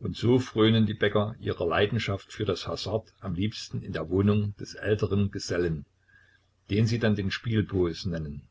und so frönen die bäcker ihrer leidenschaft für das hasard am liebsten in der wohnung des älteren gesellen den sie dann den spielbooß nennen